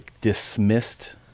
dismissed